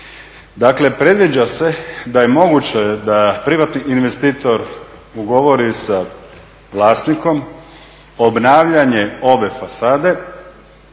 Dakle, predviđa se da je moguće da privatni investitor ugovori sa vlasnikom obnavljanje ove fasade,